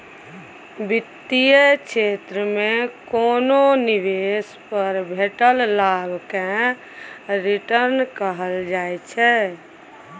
बित्तीय क्षेत्र मे कोनो निबेश पर भेटल लाभ केँ रिटर्न कहल जाइ छै